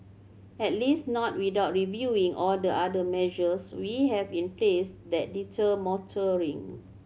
at least not without reviewing all the other measures we have in place that deter motoring